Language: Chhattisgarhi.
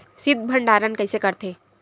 शीत भंडारण कइसे करथे?